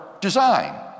design